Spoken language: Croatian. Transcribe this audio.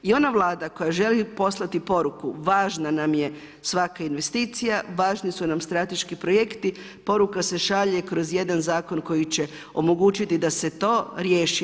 I ona Vlada koja želi poslati poruku važna nam je svaka investicija, važni su nam strateški projekti, poruka se šalje kroz jedan zakon koji će omogućiti da se to riješi.